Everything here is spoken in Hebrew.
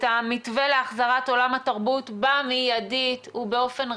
המתווה להחזרת עולם התרבות מידית ובאופן ריאלי,